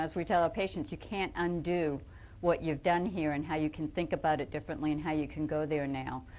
we tell patients you can't undo what you have done here and how you can think about it differently and how you can go there now.